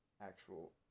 actual